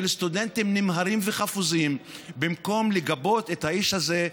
סטודנטים נמהרים וחפוזים במקום לגבות את האיש הזה,